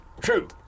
True